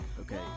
Okay